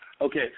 Okay